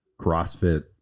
CrossFit